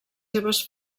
seves